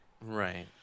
Right